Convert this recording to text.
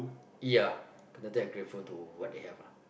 ya but then they're grateful to what they have lah